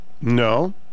No